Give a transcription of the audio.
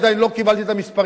עדיין לא קיבלתי את המספרים,